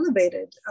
elevated